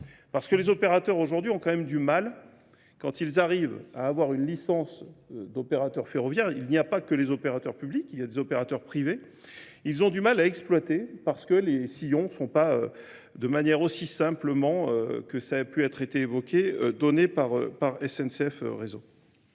parce que les opérateurs aujourd'hui ont quand même du mal, quand ils arrivent à avoir une licence d'opérateurs ferroviaires, il n'y a pas que les opérateurs publics, il y a des opérateurs privés, Ils ont du mal à exploiter parce que les sillons ne sont pas de manière aussi simplement que ça a pu être été évoqué, donné par SNCF Réseau.